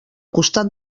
costat